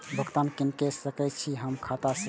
भुगतान किनका के सकै छी हम खाता से?